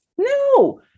No